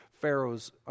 Pharaoh's